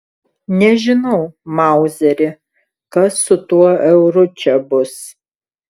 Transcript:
nežinau mauzeri kas su tuo euru čia bus